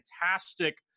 fantastic